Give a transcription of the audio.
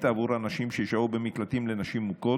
בעבור הנשים ששהו במקלטים לנשים מוכות,